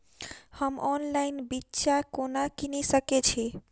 हम ऑनलाइन बिच्चा कोना किनि सके छी?